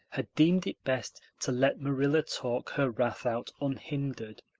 had deemed it best to let marilla talk her wrath out unhindered,